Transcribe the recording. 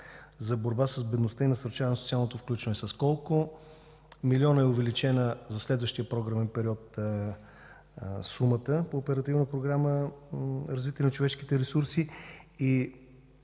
за борба с бедността и насърчаване на социалното включване. С колко милиона е увеличена за следващия програмен период сумата по Оперативна програма „Развитие на човешките ресурси”?